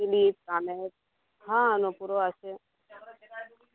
চুড়ি কানের হাঁ নূপুরও আছে